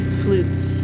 flutes